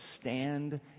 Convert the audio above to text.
stand